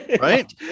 right